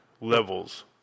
levels